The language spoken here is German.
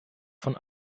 von